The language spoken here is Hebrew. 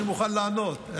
אני מוכן לענות.